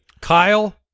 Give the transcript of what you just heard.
Kyle